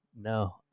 no